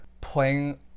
playing